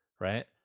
right